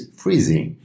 freezing